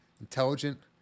intelligent